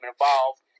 involved